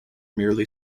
merely